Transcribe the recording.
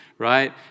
right